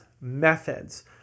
methods